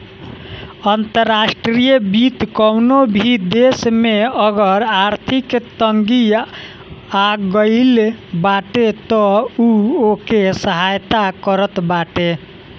अंतर्राष्ट्रीय वित्त कवनो भी देस में अगर आर्थिक तंगी आगईल बाटे तअ उ ओके सहायता करत बाटे